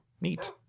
neat